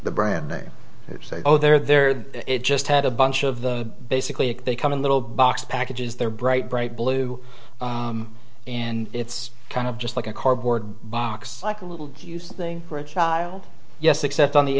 the brand they say oh there there it just had a bunch of the basically they come in little box packages they're bright bright blue and it's kind of just like a cardboard box like a little juice thing for a child yes except on the